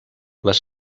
les